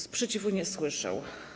Sprzeciwu nie słyszę.